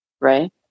right